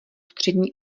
střední